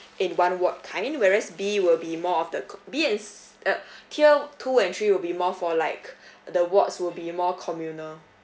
in one ward kind whereas B will be more of the co~ B and s~ uh tier two and three will be more for like the wards will be more communal